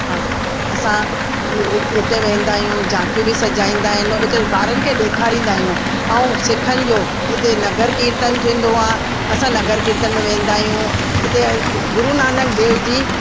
अ असां उ उ उते वेंदा आहियूं झांकियूं बि सजाईंदा आहिनि उते ॿारनि खे ॾेखारींदा आहियूं ऐं सिखनि जो हिते नगर कीर्तन थींदो आहे असां नगर कीर्तन में वेंदा आहियूं हिते गुरू नानक देव जी